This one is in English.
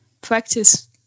practice